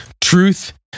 Truth